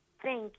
Thank